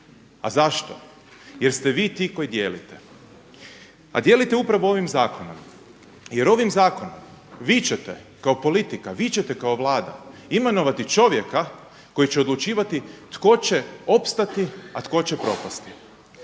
A zašto? Jer ste vi ti koji dijelite. A dijelite upravo ovim zakonom, jer ovim zakonom vi ćete kao politika, vi ćete kao Vlada imenovati čovjeka koji će odlučivati tko će opstati, a tko će propasti.